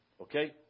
Okay